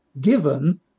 given